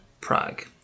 Prague